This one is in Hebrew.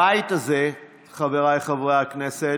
הבית הזה, חבריי חברי הכנסת,